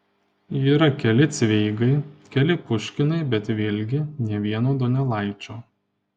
yra keli cveigai keli puškinai bet vėlgi nė vieno donelaičio